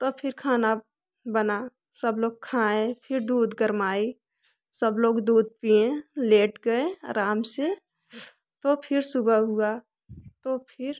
तो फिर खाना बना सब लोग खाए फिर दूध गरमाई सब लोग दूध पियें लेट गए आराम से तो फिर सुबह हुआ तो फिर